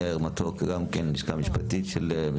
גם כל המנגנון של התקנת תקנות שנקבע לזה